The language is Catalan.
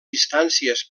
distàncies